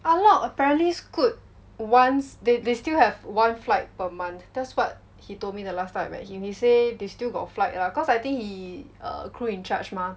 ah lok apparently Scoot once they they still have one flight per month that's what he told me the last time I met him he say they still got flight lah cause I think he err crew in-charge mah